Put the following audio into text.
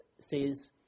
says